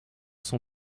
son